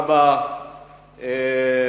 אחר כך